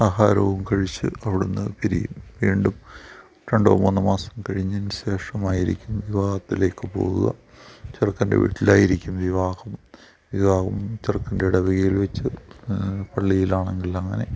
ആഹാരവും കഴിച്ച് അവിടെന്ന് പിരിയും വീണ്ടും രണ്ട് മൂന്ന് മാസം കഴിഞ്ഞതിന് ശേഷമായിരിക്കും വിവാഹത്തിലേക്ക് പോവുക ചെറുക്കൻ്റെ വീട്ടിലായിരിക്കും വിവാഹം വിവാഹം ചെറുക്കൻ്റെ ഇടവകയിൽ വെച്ച് പള്ളിയിലാണെങ്കിൽ അങ്ങനെ